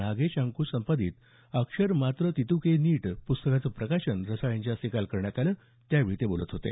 नागेश अंकूश संपादित अक्षरमात्र तित्कें नीट प्स्तकाचं प्रकाशन रसाळ यांच्या हस्ते काल करण्यात आलं त्यावेळी ते बोलत होते